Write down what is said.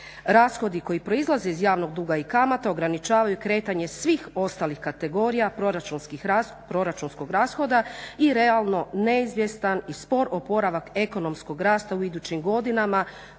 Rashodi koji proizlaze iz javnog duga i kamata ograničavaju kretanje svih ostalih kategorija proračunskog rashoda i realno neizvjestan i spor oporavak ekonomskog rasta u idućim godinama